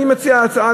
אני מציע הצעה,